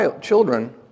Children